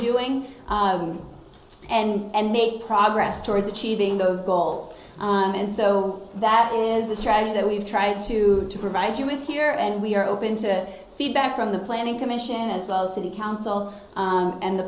doing and make progress towards achieving those goals and so that is the strategy that we've tried to to provide you with here and we are open to feedback from the planning commission as well as city council and the